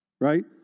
Right